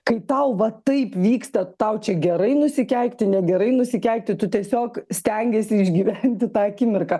kai tau va taip vyksta tau čia gerai nusikeikti negerai nusikeikti tu tiesiog stengiesi išgyventi tą akimirką